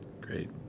Great